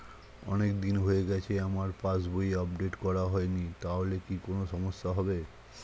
অনেকদিন হয়ে গেছে আমার পাস বই আপডেট করা হয়নি তাহলে কি কোন সমস্যা হবে?